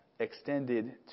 extended